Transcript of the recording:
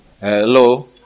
Hello